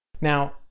Now